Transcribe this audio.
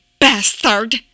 bastard